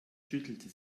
schüttelte